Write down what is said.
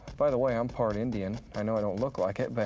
by the way, i'm part indian. i know i don't look like it but